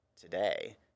today